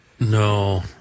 No